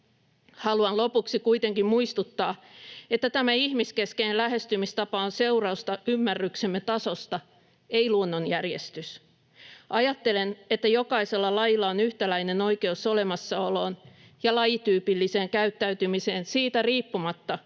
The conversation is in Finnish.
Haluan lopuksi kuitenkin muistuttaa, että tämä ihmiskeskeinen lähestymistapa on seurausta ymmärryksemme tasosta, ei luonnon järjestys. Ajattelen, että jokaisella lajilla on yhtäläinen oikeus olemassaoloon ja lajityypilliseen käyttäytymiseen siitä riippumatta,